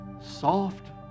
soft